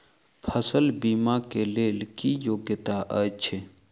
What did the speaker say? फसल बीमा केँ लेल की योग्यता अछि?